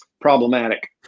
problematic